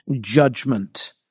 judgment